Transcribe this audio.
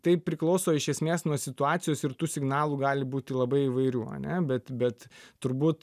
tai priklauso iš esmės nuo situacijos ir tų signalų gali būti labai įvairių ane bet bet turbūt